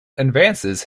advances